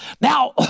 Now